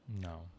No